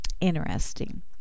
Interesting